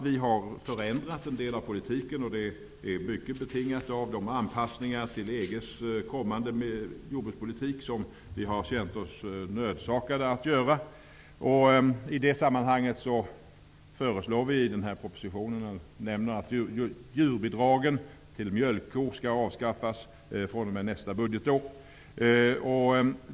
Vi har förändrat en del av politiken, och det är betingat av de anpassningar till EG:s kommande jordbrukspolitik som vi har känt oss nödsakade att göra. I det sammanhanget nämner vi i den här propositionen att djurbidragen till mjölkkor skall avskaffas fr.o.m. nästa budgetår.